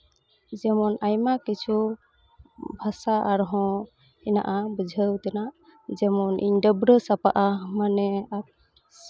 ᱡᱮᱢᱚᱱ ᱟᱭᱢᱟ ᱠᱤᱪᱷᱩ ᱵᱷᱟᱥᱟ ᱟᱨᱦᱚᱸ ᱦᱮᱱᱟᱜᱼᱟ ᱵᱩᱡᱷᱟᱹᱣ ᱛᱮᱱᱟᱜ ᱡᱮᱢᱚᱱ ᱤᱧ ᱰᱟᱹᱵᱽᱨᱟᱹ ᱥᱟᱯᱟᱜᱼᱟ ᱢᱟᱱᱮ